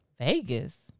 Vegas